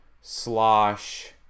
Slosh